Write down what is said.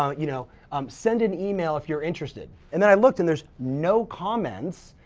um you know um send an email if you're interested and then i looked and there's no comments,